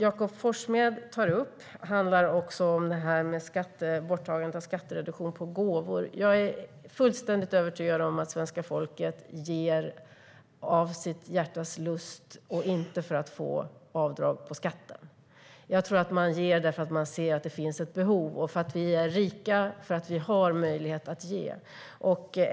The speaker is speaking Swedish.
Jakob Forssmed tar upp borttagande av skattereduktion på gåvor. Jag är fullständigt övertygad om att svenska folket ger från sina hjärtan och inte för att få avdrag på skatten. Man ger nog för att man ser att det finns ett behov, för att vi är rika och för att vi har möjlighet att ge.